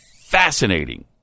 Fascinating